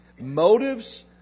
Motives